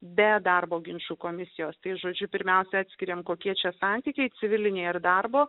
be darbo ginčų komisijos žodžiu pirmiausia atskiriame kokie čia santykiai civilinė ir darbo